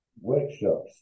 workshops